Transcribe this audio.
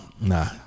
Nah